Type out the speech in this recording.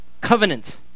covenant